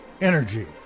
energy